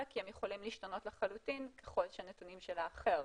כי הם יכולים להשתנות לחלוטין ככל שהנתונים של האחר